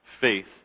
faith